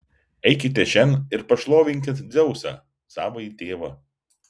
eikite šen ir pašlovinkit dzeusą savąjį tėvą